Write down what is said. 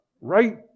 right